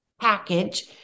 package